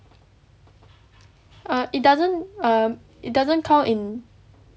err it doesn't err it doesn't count in